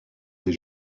des